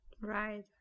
Right